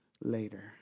later